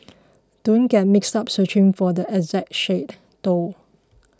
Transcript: don't get mixed up searching for the exact shade though